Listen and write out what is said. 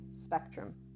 spectrum